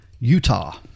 Utah